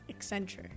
Accenture